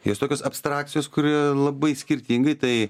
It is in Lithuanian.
jos tokios abstrakcijos kur a labai skirtingai tai